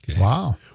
Wow